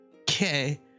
Okay